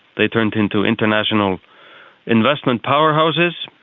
they turned into international investment powerhouses,